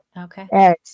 Okay